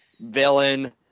villain